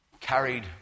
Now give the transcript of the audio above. carried